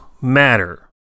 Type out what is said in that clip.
matter